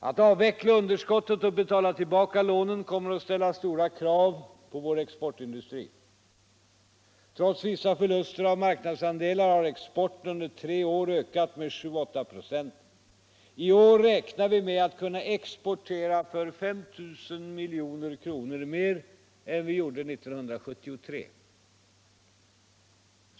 Att avveckla underskottet och betala tillbaka lånen kommer att ställa stora krav på vår exportindustri. Trots vissa förluster av marknadsandelar har exporten under tre år ökat med 7-8 96. I år räknar vi med att kunna exportera för 5 000 milj.kr. mer än vi gjorde 1973.